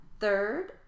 Third